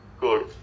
good